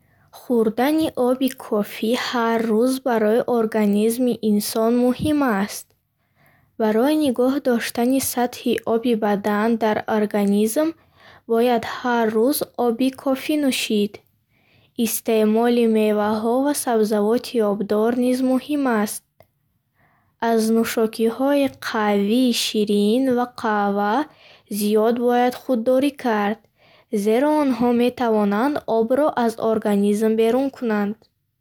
Хурдани оби кофӣ ҳар руз барои организми инсон муҳим аст. Барои нигоҳ доштани сатҳи оби бадан дар организм бояд ҳар рӯз оби кофӣ нӯшид. Истеъмоли меваҳо ва сабзавоти обдор низ муҳим аст. Аз нӯшокиҳои қавии ширин ва қаҳва зиёд бояд худдорӣ кард, зеро онҳо метавонанд обро аз организм берун кунанд.